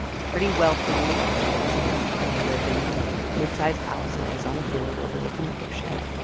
it's pretty wealthy, about forty thousand people who live in mid-sized houses on a hill overlooking the ocean.